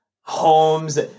homes